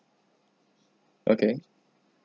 okay